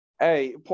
Hey